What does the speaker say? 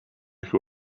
who